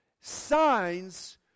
signs